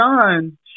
John